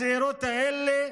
הצעירות האלה,